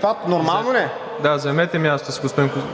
Костадинов.